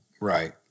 Right